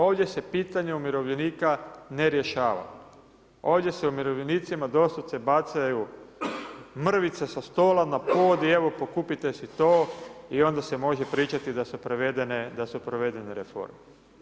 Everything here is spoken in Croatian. Ovdje se pitanje umirovljenika ne rješava, ovdje se umirovljenicima doslovce bacaju mrvice sa stola na pod, i evo pokupite si to i onda se može pričati da se provedene reforme.